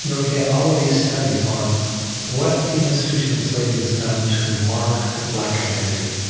you know we've had all of these studies on what the institution of slavery has done to mark the black identity.